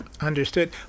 Understood